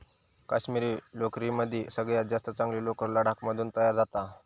काश्मिरी लोकरीमदी सगळ्यात जास्त चांगली लोकर लडाख मधून तयार जाता